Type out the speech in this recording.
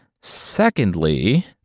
Secondly